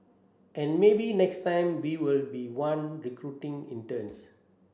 and maybe next time we will be the one recruiting interns